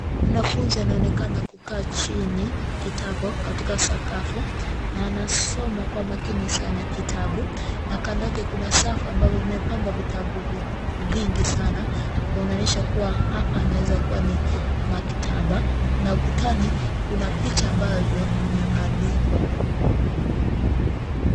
Mwanafunzi anaonekana kukaa jini kitako katika sakafu na anasoma kwa makini sana kitabu. Na kando yake kuna safu ambapo imepangwa vitabu vingi sana, kuonanisha kuwa hapa inaweza kuwa ni maktaba. Na ukutani kuna picha ambavyo vimepandikwa